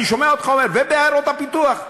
אני שומע אותך אומר "ובעיירות הפיתוח"